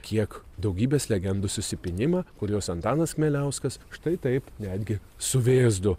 kiek daugybės legendų susipynimą kurios antanas kmieliauskas štai taip netgi su vėzdu